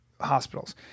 hospitals